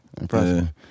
Impressive